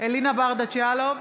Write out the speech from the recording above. אלינה ברדץ' יאלוב,